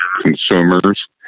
consumers